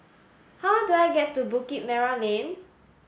how do I get to Bukit Merah Lane